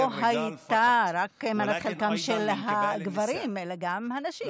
הייתה רק מנת חלקם של הגברים אלא גם של הנשים.